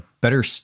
better